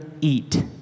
eat